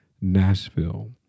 Nashville